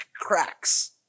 cracks